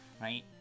right